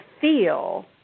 feel